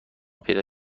پیدا